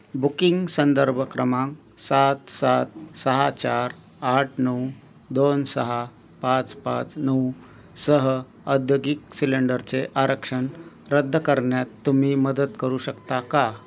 booking संदर्भ क्रमांक सात सात सहा चार आठ नऊ दोन सहा पाच पाच नऊ सह औद्योगिक सिलेंडरचे आरक्षण रद्द करण्यात तुम्ही मदत करू शकता का